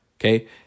Okay